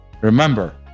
Remember